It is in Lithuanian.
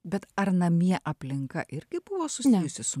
bet ar namie aplinka irgi buvo susijusi su